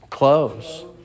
Clothes